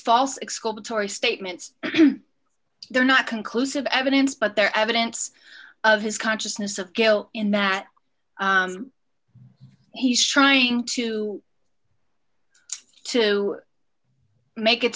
exculpatory statements they're not conclusive evidence but they're evidence of his consciousness of guilt in that he's trying to to make it